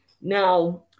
Now